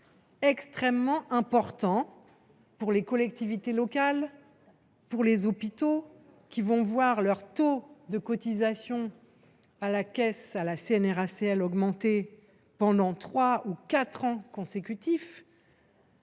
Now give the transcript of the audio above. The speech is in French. extrêmement important pour les collectivités locales et les hôpitaux, qui vont voir le taux des cotisations qu’ils versent à la CNRACL augmenter pendant trois ou quatre ans consécutifs,